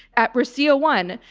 at russia one,